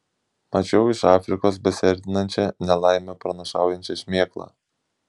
mačiau iš afrikos besiartinančią nelaimę pranašaujančią šmėklą